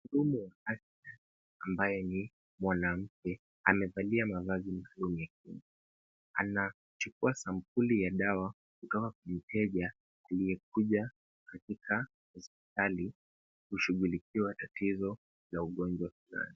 Mhudumu wa afya ambaye ni mwanamke amevalia mavazi maalum ya kinga, anachukua sampuli ya dawa kutoka kwa mteja aliyekuja katika hospitali kushughulikiwa tatizo ya ugonjwa fulani.